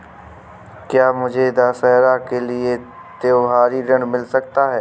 क्या मुझे दशहरा के लिए त्योहारी ऋण मिल सकता है?